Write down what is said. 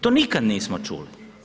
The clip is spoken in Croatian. To nikad nismo čuli.